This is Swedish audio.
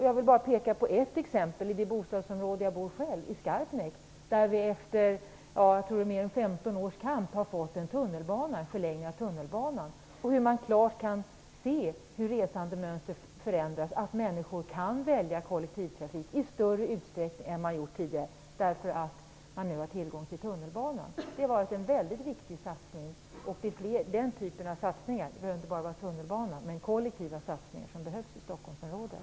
Jag vill bara peka på ett exempel från det område där jag själv bor, i Skarpnäck. Där har vi efter mer än 15 års kamp fått en förlängning av tunnelbanan. Man kan klart se hur resandemönstret förändras när människor kan välja kollektivtrafik i större utsträckning än tidigare, när de nu har tillgång till tunnelbanan. Det har varit en mycket viktig satsning. Det är den typen av kollektiva satsningar - inte bara tunnelbanan - som behövs i Stockholmsområdet.